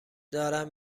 دارم